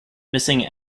missing